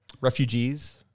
refugees